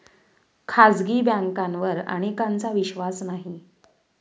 खाजगी बँकांवर अनेकांचा विश्वास नाही